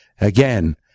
Again